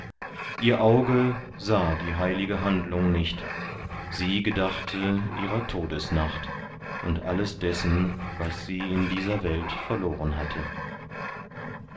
ihr auge sah die heilige handlung nicht sie gedachte ihrer todesnacht und alles dessen was sie in dieser welt verloren hatte